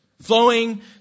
flowing